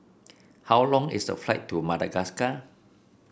how long is the flight to Madagascar